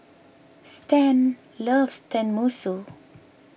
Stan loves Tenmusu